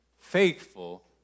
Faithful